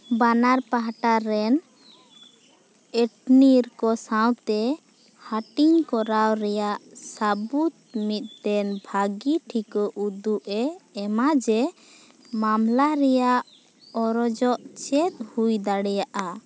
ᱵᱟᱱᱟᱨ ᱯᱟᱦᱴᱟ ᱨᱮᱱ ᱮᱴᱱᱤᱨ ᱠᱚ ᱥᱟᱶᱛᱮ ᱦᱟᱺᱴᱤᱝ ᱠᱚᱨᱟᱣ ᱨᱮᱭᱟᱜ ᱥᱟᱵᱩᱫᱽ ᱢᱤᱫᱴᱮᱱ ᱵᱷᱟᱜᱮ ᱴᱷᱤᱠᱟᱹ ᱩᱫᱩᱜᱼᱮ ᱮᱢᱟ ᱡᱮ ᱢᱟᱢᱞᱟ ᱨᱮᱭᱟᱜ ᱚᱨᱡᱚ ᱪᱮᱫ ᱦᱩᱭ ᱫᱟᱲᱮᱭᱟᱜᱼᱟ